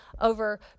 over